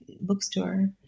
bookstore